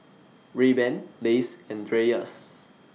Rayban Lays and Dreyers